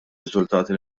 riżultati